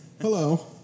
Hello